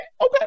okay